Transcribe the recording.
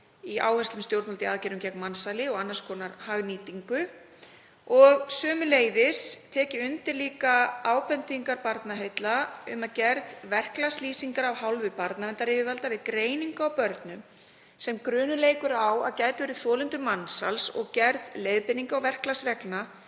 í áherslum stjórnvalda í aðgerðum gegn mansali og annarskonar hagnýtingu. Sömuleiðis tek ég undir ábendingar Barnaheilla um gerð verklagslýsingar af hálfu barnaverndaryfirvalda við greiningu á börnum sem grunur leikur á að gætu verið þolendur mansals og gerð leiðbeininga og verklagsreglna